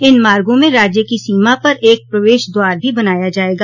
इन मार्गो में राज्य की सीमा पर एक प्रवेश द्वार भी बनाया जायेगा